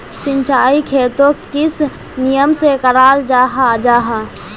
सिंचाई खेतोक किस नियम से कराल जाहा जाहा?